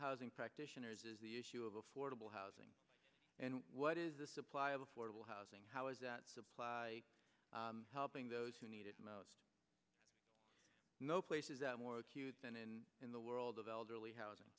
housing practitioners is the issue of affordable housing and what is the supply of affordable housing how is that supply helping those who need it most know places that are more acute than in in the world of elderly housing